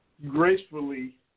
gracefully